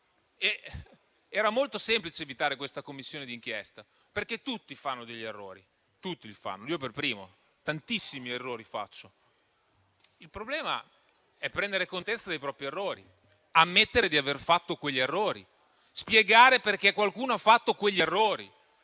Era molto semplice evitare questa Commissione d'inchiesta, perché tutti fanno degli errori; io per primo faccio tantissimi errori. Il problema è prendere contezza dei propri errori, ammettere di aver fatto quegli errori, spiegare perché qualcuno ha fatto quegli errori.